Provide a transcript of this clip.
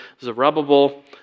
Zerubbabel